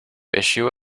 issue